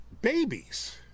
babies